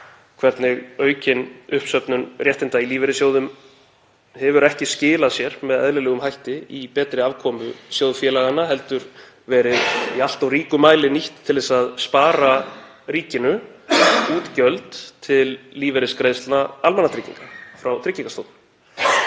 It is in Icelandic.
hvernig aukin uppsöfnun réttinda í lífeyrissjóðum hefur ekki skilað sér með eðlilegum hætti í betri afkomu sjóðfélaganna heldur í allt of ríkum mæli verið nýtt til að spara ríkinu útgjöld til lífeyrisgreiðslna almannatrygginga frá Tryggingastofnun.